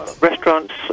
restaurants